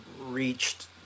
reached